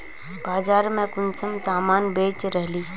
बाजार में कुंसम सामान बेच रहली?